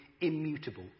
immutable